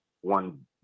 one